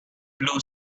blue